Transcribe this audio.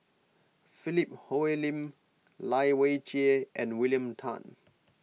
Philip Hoalim Lai Weijie and William Tan